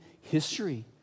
history